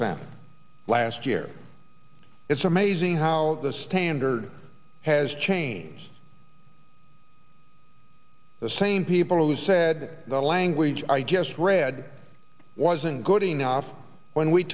senate last year it's amazing how the standard has changed the same people who said the language i just read wasn't good enough when we